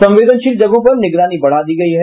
संवेदनशील जगहों पर निगरानी बढ़ा दी गयी है